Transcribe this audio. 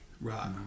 Right